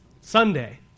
Sunday